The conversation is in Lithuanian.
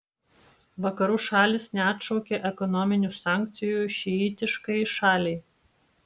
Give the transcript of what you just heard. vakarų šalys neatšaukė ekonominių sankcijų šiitiškai šaliai